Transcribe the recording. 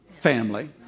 family